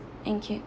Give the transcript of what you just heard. thank you